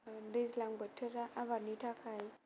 दैज्लां बोथोरा आबादनि थाखाय